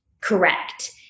correct